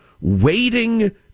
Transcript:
waiting